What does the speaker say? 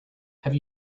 have